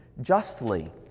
justly